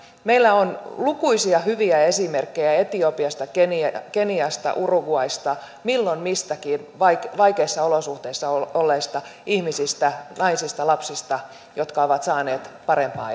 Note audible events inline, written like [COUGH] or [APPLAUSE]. meillä on lukuisia hyviä esimerkkejä etiopiasta keniasta keniasta uruguaysta milloin mistäkin vaikeissa vaikeissa olosuhteissa olleista ihmisistä naisista lapsista jotka ovat saaneet parempaa [UNINTELLIGIBLE]